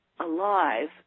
alive